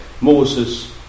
Moses